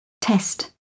Test